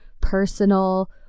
personal